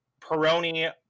Peroni